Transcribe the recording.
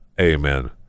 Amen